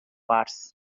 arts